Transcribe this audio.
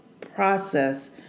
process